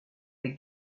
des